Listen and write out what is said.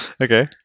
okay